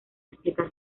explicar